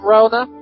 Rona